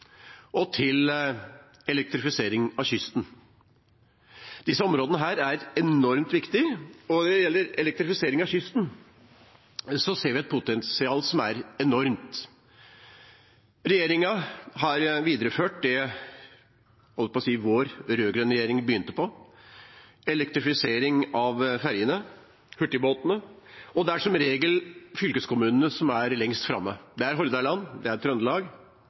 vindkraft og elektrifisering av kysten. Disse områdene er enormt viktige. Når det gjelder elektrifisering av kysten, ser vi et potensial som er enormt. Regjeringen har videreført det – jeg holdt på å si vår – rød-grønne regjering begynte på: elektrifisering av ferjene, hurtigbåtene. Fylkeskommunene er som regel lengst framme. Hordaland og Trøndelag er veldig flinke, og de er